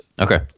Okay